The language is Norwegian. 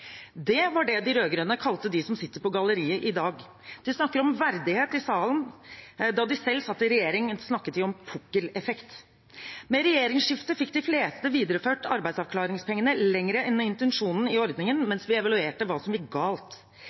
Det var det de rød-grønne kalte dem som sitter på galleriet i dag. De snakker om verdighet i salen. Da de selv satt i regjering, snakket de om pukkeleffekt. Med regjeringsskiftet fikk de fleste videreført arbeidsavklaringspengene lenger enn intensjonen i ordningen mens vi evaluerte hva som gikk galt.